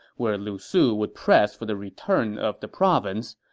where lu su would press for the return of the province,